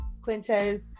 Quintez